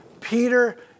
Peter